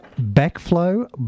Backflow